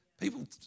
People